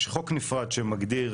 יש חוק נפרד שהוא מגדיר,